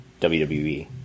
WWE